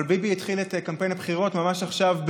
אבל ביבי התחיל את קמפיין הבחירות ממש עכשיו,